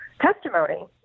testimony